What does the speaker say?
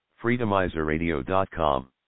Freedomizerradio.com